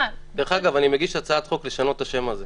דרך אגב, אני מגיש הצעת חוק לשנות את השם הזה.